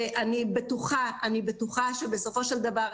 ואני בטוחה שבסופו של דבר,